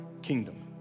kingdom